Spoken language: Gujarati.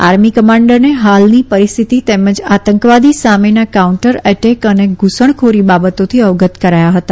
આર્મી કમાન્ડરને હાલની પરિહ્ષ્થતિ તેમજ આતંકવાદી સામેના કાઉન્ટર એટેક અને ધુસણખોરી બાબતોથી અવગત કરાયા હતા